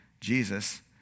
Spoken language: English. Jesus